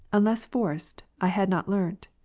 unless forced, i had not learnt.